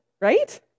right